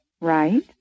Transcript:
Right